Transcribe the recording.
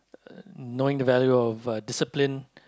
uh knowing the value of uh discipline